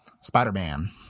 Spider-Man